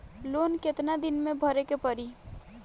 Loan कितना दिन मे भरे के पड़ी?